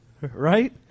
right